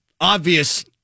obvious